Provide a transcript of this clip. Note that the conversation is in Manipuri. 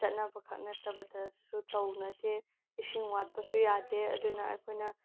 ꯆꯠꯅꯕꯈꯛ ꯅꯠꯇꯕꯗꯁꯨ ꯇꯧꯅꯗꯦ ꯏꯁꯤꯡ ꯋꯥꯠꯄꯁꯨ ꯌꯥꯗꯦ ꯑꯗꯨꯅ ꯑꯩꯈꯣꯏꯅ